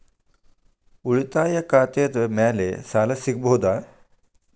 ಉಳಿತಾಯ ಖಾತೆದ ಮ್ಯಾಲೆ ಸಾಲ ಸಿಗಬಹುದಾ?